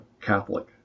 Catholic